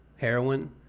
heroin